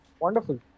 Wonderful